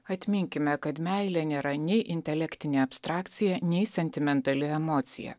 atminkime kad meilė nėra nei intelektinė abstrakcija nei sentimentali emocija